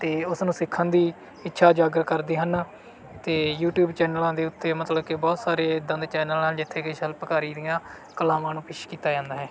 ਅਤੇ ਉਸ ਨੂੰ ਸਿੱਖਣ ਦੀ ਇੱਛਾ ਉਜਾਗਰ ਕਰਦੇ ਹਨ ਅਤੇ ਯੂਟੀਊਬ ਚੈਨਲਾਂ ਦੇ ਉੱਤੇ ਮਤਲਬ ਕਿ ਬਹੁਤ ਸਾਰੇ ਇੱਦਾਂ ਦੇ ਚੈਨਲ ਹਨ ਜਿੱਥੇ ਕਿ ਸ਼ਿਲਪਕਾਰੀ ਦੀਆਂ ਕਲਾਵਾਂ ਨੂੰ ਪੇਸ਼ ਕੀਤਾ ਜਾਂਦਾ ਹੈ